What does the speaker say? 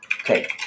Okay